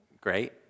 Great